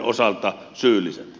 osalta syylliset